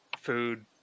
Food